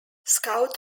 scout